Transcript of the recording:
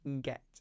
get